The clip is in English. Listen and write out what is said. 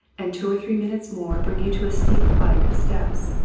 and two or three minutes more bring you to a steep flight of steps.